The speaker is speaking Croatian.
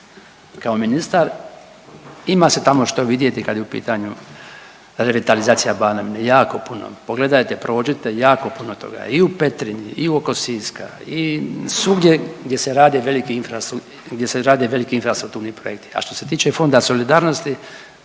kao ministar. Ima se tamo što vidjeti kad je u pitanju revitalizacija Banovine, jako puno. Pogledajte, prođite, jako puno toga je. I u Petrinji i u, oko Siska i svugdje gdje se rade veliki infrastrukturni projekti, a što se tiče Fonda solidarnosti,